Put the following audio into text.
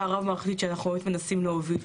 הרב-מערכתית שאנחנו באמת מנסים להוביל.